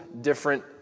different